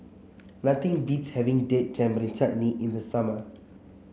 nothing beats having Date Tamarind Chutney in the summer